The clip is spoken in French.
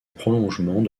prolongement